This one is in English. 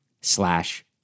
slash